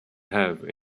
have